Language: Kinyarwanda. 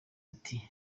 ati